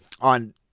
on